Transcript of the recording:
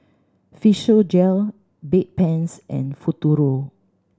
Physiogel Bedpans and Futuro